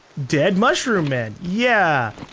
dead mushroom man. yeah,